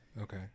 Okay